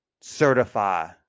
certify